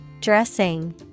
Dressing